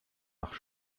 nach